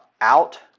out